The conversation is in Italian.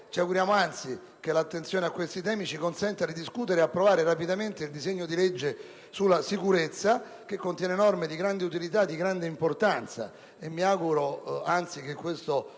Ci auguriamo anzi che l'attenzione a questi temi ci consenta di esaminare ed approvare rapidamente il disegno di legge sulla sicurezza, che contiene norme di grande utilità ed importanza;